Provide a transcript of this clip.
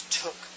took